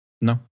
No